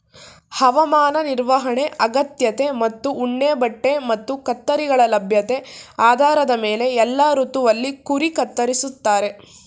ಹವಾಮಾನ ನಿರ್ವಹಣೆ ಅಗತ್ಯತೆ ಮತ್ತು ಉಣ್ಣೆಬಟ್ಟೆ ಮತ್ತು ಕತ್ತರಿಗಳ ಲಭ್ಯತೆ ಆಧಾರದ ಮೇಲೆ ಎಲ್ಲಾ ಋತುವಲ್ಲಿ ಕುರಿ ಕತ್ತರಿಸ್ತಾರೆ